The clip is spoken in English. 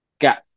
Got